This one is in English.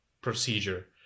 procedure